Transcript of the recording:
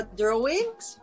drawings